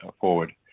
forward